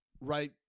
right